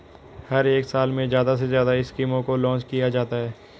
हर एक साल में ज्यादा से ज्यादा स्कीमों को लान्च किया जाता है